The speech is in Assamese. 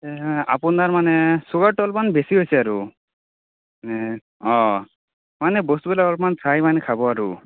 আপোনাৰ মানে ছুগাৰটো অলপমান বেছি হৈছে আৰু এই অঁ মানে বস্তুবিলাক অলপমান চাই মানে খাব আৰু